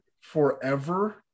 forever